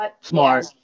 Smart